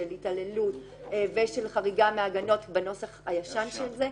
של התעללות ושל חריגה מהגנות בנוסח הישן של זה,